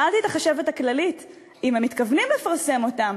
שאלתי את החשבת הכללית אם הם מתכוונים לפרסם אותם,